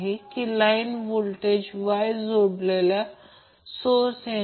तर तीच गोष्ट इथेही आहे साइनऐवजी कोसाइनने दाखवले जाते अर्थ समान आहे